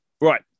right